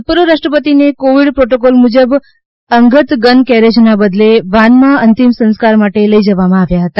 ભૂતપૂર્વ રાષ્ટ્રપતિને Covid protocol મુજબ અંગત ગન કેરેજના બદલે વાનમાં અંતિમ સંસ્કાર માટે લઈ જવામાં આવ્યા હતા